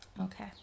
Okay